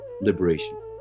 liberation